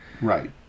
Right